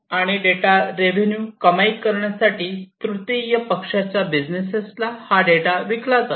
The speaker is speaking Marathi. आणि डेटा रेव्ह्यून्यू कमाई करण्यासाठी तृतीय पक्षाच्या बिझनेसना हा डेटा विकला जातो